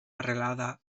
arrelada